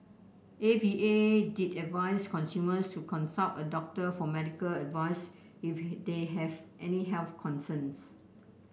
A V A did advice consumers to consult a doctor for medical advice if they have any health concerns